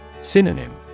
Synonym